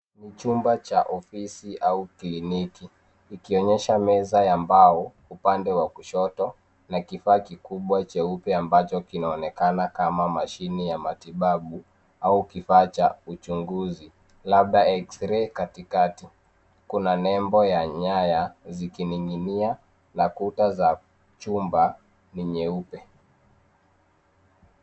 Chumba cha ofisi au kliniki ikionyesha meza ya mbao upande wa kushoto na kifaa kikubwa cheupe ambacho kinaonekana kama mashine ya matibabu au kifaa cha uchunguzi labda x-ray katikati. Kuna nembo ya nyaya zikining'inia na kuta za chumba ni nyeupe.